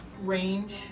range